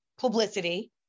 publicity